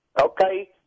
Okay